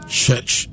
church